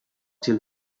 till